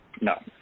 No